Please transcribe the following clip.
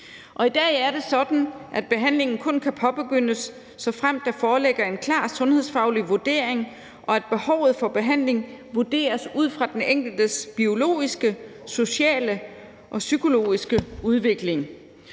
i dag er det sådan, at behandlingen kun kan påbegyndes, såfremt der foreligger en klar sundhedsfaglig vurdering, og at behovet for behandling er vurderet ud fra den enkeltes biologiske, sociale og psykologiske udvikling